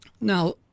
Now